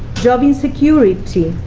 job insecurity,